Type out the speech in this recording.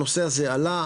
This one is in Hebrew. הנושא הזה עלה,